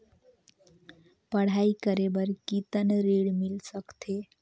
पढ़ाई करे बार कितन ऋण मिल सकथे?